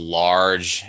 large